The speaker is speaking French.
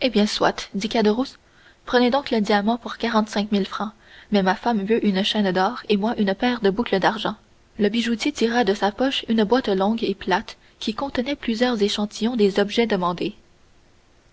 eh bien soit dit caderousse prenez donc le diamant pour quarante-cinq mille francs mais ma femme veut une chaîne d'or et moi une paire de boucles d'argent le bijoutier tira de sa poche une boîte longue et plate qui contenait plusieurs échantillons des objets demandés